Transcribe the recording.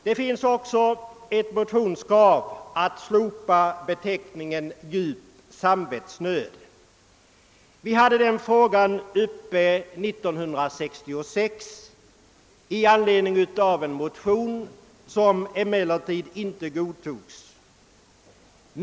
Det har också framförts ett motionskrav om slopande av beteckningen »djup samvetsnöd». Denna fråga var uppe till behandling i riksdagen år 1966 i anledning av en motion, som emellertid inte bifölls.